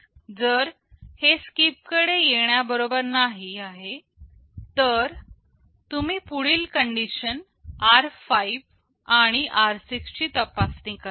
जर हे SKIP कडे येण्या बरोबर नाही आहे तर तुम्ही पुढील कंडीशन r5 आणि r6 ची तपासणी करता